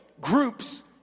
groups